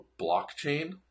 blockchain